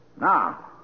Now